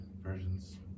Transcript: versions